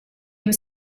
was